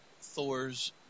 Thor's